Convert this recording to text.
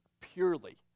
purely